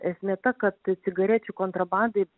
esmė ta kad cigarečių kontrabandai